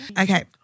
Okay